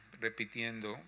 repitiendo